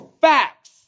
facts